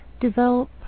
develop